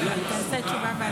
בכלל.